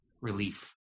relief